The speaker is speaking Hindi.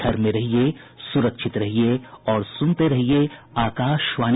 घर में रहिये सुरक्षित रहिये और सुनते रहिये आकाशवाणी